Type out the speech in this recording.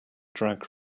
drag